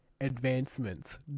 advancements